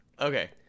Okay